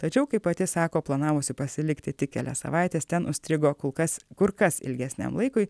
tačiau kaip pati sako planavusi pasilikti tik kelias savaites ten užstrigo kol kas kur kas ilgesniam laikui